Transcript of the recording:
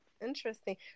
Interesting